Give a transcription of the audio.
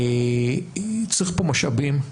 צריך פה משאבים,